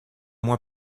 mois